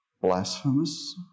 blasphemous